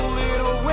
little